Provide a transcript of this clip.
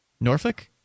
Norfolk